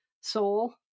soul